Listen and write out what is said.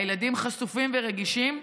הילדים חשופים ורגישים,